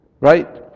Right